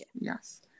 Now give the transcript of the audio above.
yes